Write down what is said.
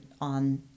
on